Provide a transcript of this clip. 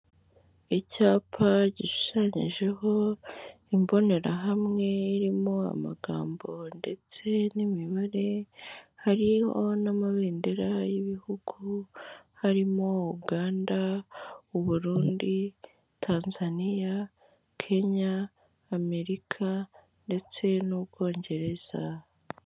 Icyapa gishushanyijeho imbonerahamwe irimo amagambo ndetse n'imibare hariho n'amabendera y'ibihugu harimo Uganda, Uburundi, Tanzania, Kenya, Amerika ndetse n'Ubwongereza.